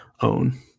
own